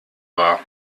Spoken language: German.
wahr